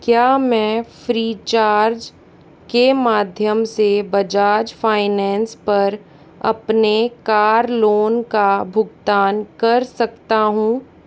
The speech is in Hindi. क्या मैं फ़्री चार्ज के माध्यम से बजाज फाइनेंस पर अपने कार लोन का भुगतान कर सकता हूँ